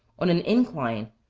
on an incline,